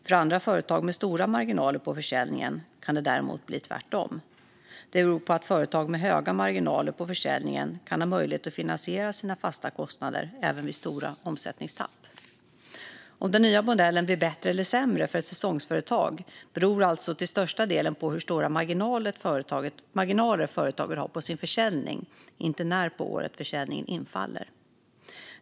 För andra företag med stora marginaler på försäljningen kan det däremot bli tvärtom. Detta beror på att företag med stora marginaler på försäljningen kan ha möjlighet att finansiera sina fasta kostnader även vid stora omsättningstapp. Om den nya modellen blir bättre eller sämre för ett säsongsföretag beror alltså till största delen på hur stora marginaler företaget har på sin försäljning, inte när på året försäljningen infaller.